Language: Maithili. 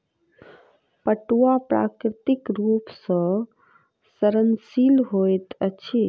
पटुआ प्राकृतिक रूप सॅ सड़नशील होइत अछि